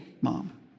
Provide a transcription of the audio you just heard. mom